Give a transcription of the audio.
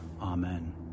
Amen